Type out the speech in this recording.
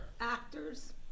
Actors